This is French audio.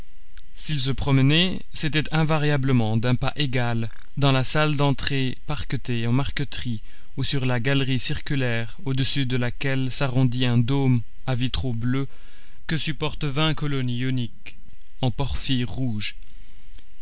s'il se promenait c'était invariablement d'un pas égal dans la salle d'entrée parquetée en marqueterie ou sur la galerie circulaire au-dessus de laquelle s'arrondit un dôme à vitraux bleus que supportent vingt colonnes ioniques en porphyre rouge